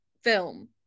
film